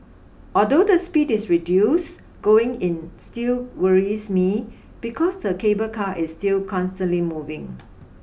although the speed is reduced going in still worries me because the cable car is still constantly moving